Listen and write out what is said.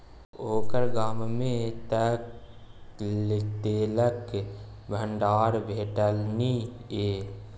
ओकर गाममे तँ तेलक भंडार भेटलनि ये